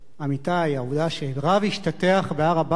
העובדה שרב השתטח בהר-הבית, אבוי.